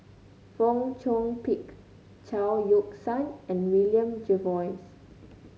Fong Chong Pik Chao Yoke San and William Jervois